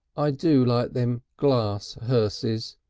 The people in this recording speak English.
i do like them glass hearses,